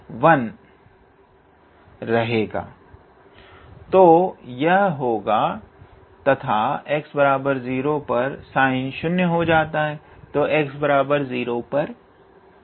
तो यह होगा तथा x0 पर sin शून्य हो जाता है